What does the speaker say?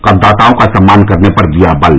करदाताओं का सम्मान करने पर दिया बल